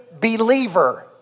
believer